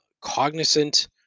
cognizant